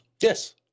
Yes